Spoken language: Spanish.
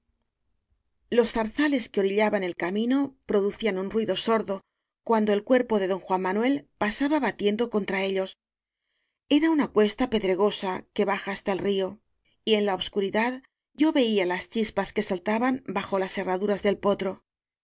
los zarzales que orillaban el camino pro ducían un ruido sordo cuando el cuerpo de don juan manuel pasaba batiendo contra ellos era una cuesta pedregosa que baja hasta el río y en la obscuridad yo veía las chispas que saltaban bajo las herraduras del potro